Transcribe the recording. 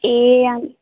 ए